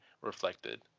reflected